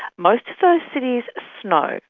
most of those cities snow,